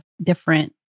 different